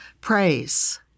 praise